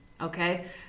okay